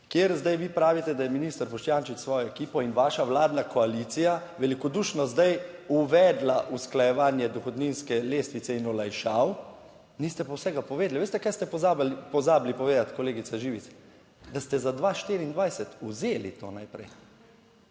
kjer zdaj vi pravite, da je minister Boštjančič s svojo ekipo in vaša vladna koalicija velikodušno zdaj uvedla usklajevanje dohodninske lestvice in olajšav, niste pa vsega povedali. Veste kaj ste pozabili, pozabili povedati kolegica Živec, da ste za 2, 24 vzeli to najprej,